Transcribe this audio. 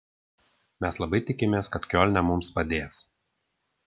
mes labai tikimės kad kiolne mums padės